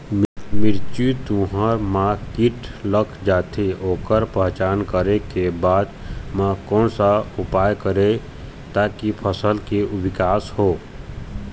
मिर्ची, तुंहर मा कीट लग जाथे ओकर पहचान करें के बाद मा कोन सा उपाय करें ताकि फसल के के विकास हो?